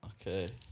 Okay